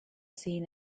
seen